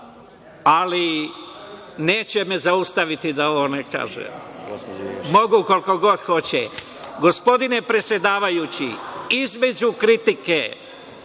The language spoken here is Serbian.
Neće me zaustaviti da ovo ne kažem, mogu koliko god hoće. Gospodine predsedavajući, između kritike